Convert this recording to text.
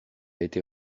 été